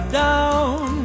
down